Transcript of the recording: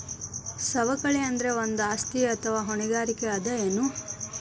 ಸವಕಳಿ ಅಂದ್ರ ಒಂದು ಆಸ್ತಿ ಅಥವಾ ಹೊಣೆಗಾರಿಕೆ ಅದ ಎನು?